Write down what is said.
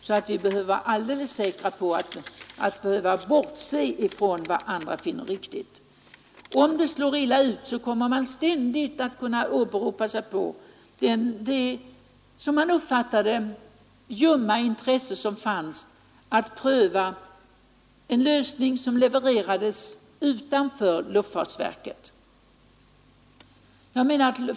Man kan anta att det slår illa ut, eftersom vi inte haft så briljanta lösningar vare sig när det gällt flygfält eller flygstationer här i Sverige. Vi kan därför inte så tvärsäkert bortse från vad andra finner riktigt.